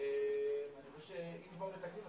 אני חושב שאם כבר מתקנים,